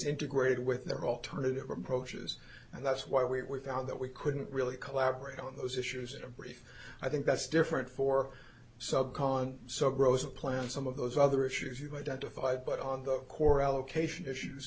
integrated with their alternative approaches and that's why we found that we couldn't really collaborate on those issues in brief i think that's different for sub con so grows a plan some of those other issues you identified but on the core allocation issues